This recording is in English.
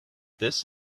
this